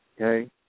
Okay